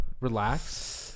Relax